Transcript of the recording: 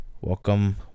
welcome